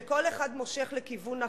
שכל אחד מושך לכיוון אחר,